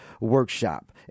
Workshop